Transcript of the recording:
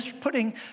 putting